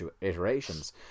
iterations